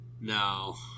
No